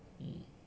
mm